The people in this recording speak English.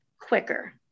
quicker